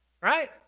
Right